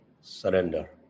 surrender